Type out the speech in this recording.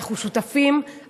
אנחנו שותפים,